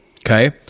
Okay